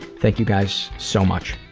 thank you guys so much.